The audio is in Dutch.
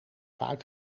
vaak